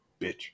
bitch